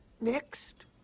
Next